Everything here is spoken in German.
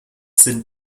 sind